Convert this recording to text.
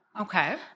Okay